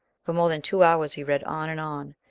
for more than two hours he read on and on,